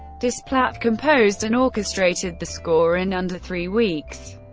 desplat composed and orchestrated the score in under three weeks.